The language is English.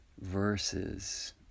verses